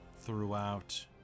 throughout